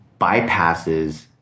bypasses